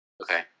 Okay